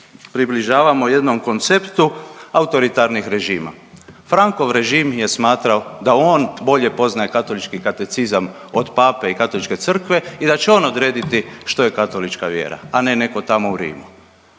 približavamo jednom konceptu autoritarnih režima. Frankov režim je smatrao da on bolje poznaje katolički katecizam od Pape i Katoličke crkve i da će on odrediti što je katolička vjera, a ne neko tamo u Rimu.